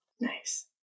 nice